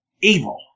evil